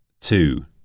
Two